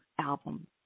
album